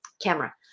camera